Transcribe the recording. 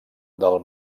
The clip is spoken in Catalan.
del